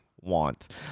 want